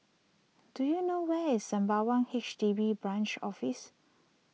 do you know where is Sembawang H D B Branch Office